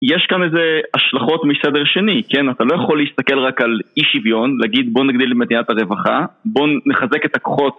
יש כאן איזה השלכות מסדר שני, כן? אתה לא יכול להסתכל רק על אי שוויון, להגיד בוא נגדיל את מדינת הרווחה, בוא נחזק את הכוחות.